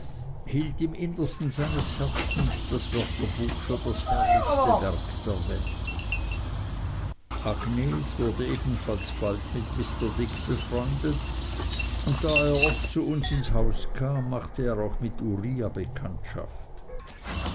hielt im innersten seines herzens das wörterbuch für das herrlichste werk der welt agnes wurde ebenfalls bald mit mr dick befreundet und da er oft zu uns ins haus kam machte er auch mit uriah bekanntschaft